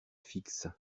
fixe